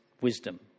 wisdom